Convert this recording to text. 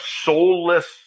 soulless